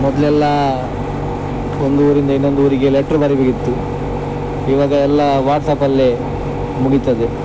ಮೊದಲೆಲ್ಲ ಒಂದು ಊರಿಂದ ಇನ್ನೊಂದು ಊರಿಗೆ ಲೆಟ್ರ್ ಬರಿಬೇಕಿತ್ತು ಇವಾಗೆಲ್ಲ ವಾಟ್ಸ್ಅಪ್ ಅಲ್ಲೆ ಮುಗಿತದೆ